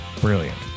Brilliant